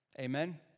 Amen